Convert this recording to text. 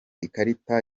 ikarita